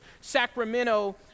Sacramento